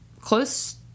close